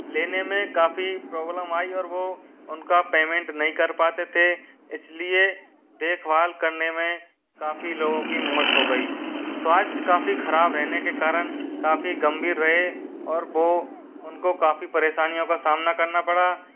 लेने में काफ़ी प्रॉब्लम आई और वो उनका पेमेंट नहीं कर पाते थे इसलिए देख भाल करने में काफ़ी लोगों की मौत हो गई स्वास्थ्य काफ़ी खराब रहने के कारण काफ़ी गंभीर रहे और वो उनको को काफ़ी परेशानियों का सामना करना पड़ा